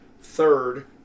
third